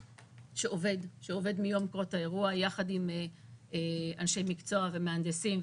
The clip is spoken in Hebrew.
שעובד מיום קרות האירוע יחד עם אנשי מקצוע ומהנדסים,